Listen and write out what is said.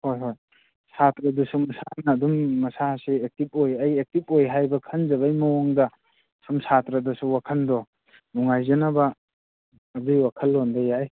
ꯍꯣꯏ ꯍꯣꯏ ꯁꯥꯇ꯭ꯔꯗꯁꯨ ꯃꯁꯥꯅ ꯑꯗꯨꯝ ꯃꯁꯥꯁꯤ ꯑꯦꯛꯇꯤꯐ ꯑꯣꯏ ꯑꯩ ꯑꯦꯛꯇꯤꯐ ꯑꯣꯏ ꯍꯥꯏꯕ ꯈꯟꯖꯕꯩ ꯃꯑꯣꯡꯗ ꯁꯨꯝ ꯁꯥꯇ꯭ꯔꯗꯁꯨ ꯋꯥꯈꯜꯗꯣ ꯅꯨꯡꯉꯥꯏꯖꯅꯕ ꯑꯗꯨꯏ ꯋꯥꯈꯜꯂꯣꯟꯗꯣ ꯌꯥꯏ